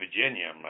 Virginia